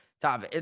top